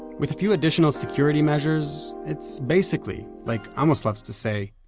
with a few additional security measures, it's basically, like amos loves to say,